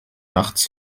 nachts